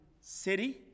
city